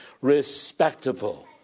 respectable